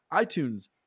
iTunes